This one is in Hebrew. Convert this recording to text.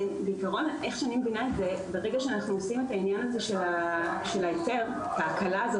בעיקרון אני מבינה את זה כך שכשאנחנו עושים את ההקלה של